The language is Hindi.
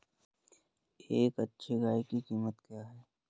एक अच्छी गाय की कीमत क्या है?